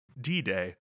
D-Day